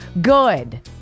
Good